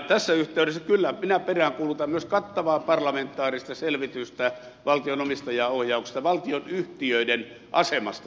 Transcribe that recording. tässä yhteydessä minä kyllä peräänkuulutan myös kattavaa parlamentaarista selvitystä valtion omistajaohjauksesta valtionyhtiöiden asemasta